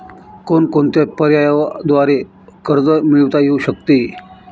कोणकोणत्या पर्यायांद्वारे कर्ज मिळविता येऊ शकते?